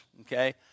okay